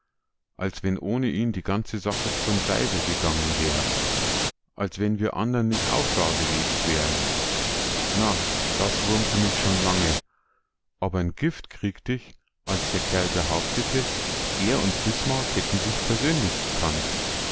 als wenn ohne ihn die ganze sache zum deiwel gegangen wär als wenn wir andern nich auch dagewest wären na das wurmte mich schon lange aber n gift kriegt ich als der kerl behauptete er und bismarck hätten sich persönlich gekannt